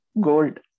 gold